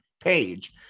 page